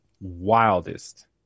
wildest